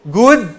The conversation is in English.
good